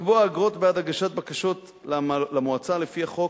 לקבוע אגרות בעד הגשת בקשות למועצה לפי החוק